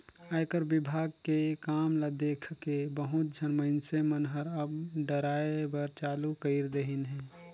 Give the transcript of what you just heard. आयकर विभाग के ये काम ल देखके बहुत झन मइनसे मन हर अब डराय बर चालू कइर देहिन हे